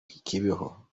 kibeho